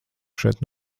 šeit